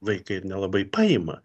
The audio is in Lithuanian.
vaikai ir nelabai paima